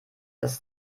dass